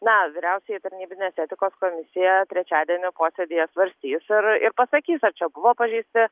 na vyriausioji tarnybinės etikos komisija trečiadienio posėdyje svarstys ir ir pasakys ar čia buvo pažeisti